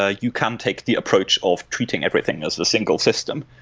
ah you can take the approach of treating everything as a single system.